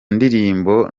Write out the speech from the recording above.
ndirimbo